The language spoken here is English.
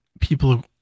people